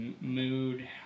mood